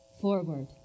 Forward